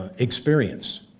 ah experience,